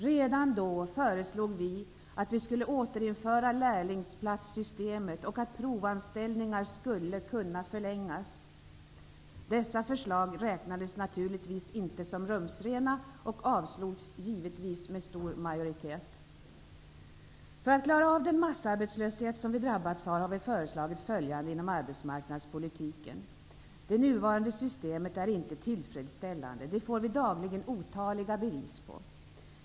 Redan då föreslog vi att vi skulle återinföra lärlingsplatssystemet och att provanställningar skulle kunna förlängas. Dessa förslag räknades naturligtvis inte som rumsrena och avslogs givetvis med stor majoritet. För att klara av den massarbetslöshet som vi drabbats av har vi föreslagit följande inom arbetsmarknadspolitiken: Det nuvarande systemet är inte tillfredsställande. Det får vi dagligen otaliga bevis på.